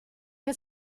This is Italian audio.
che